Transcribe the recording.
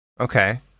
Okay